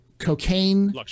Cocaine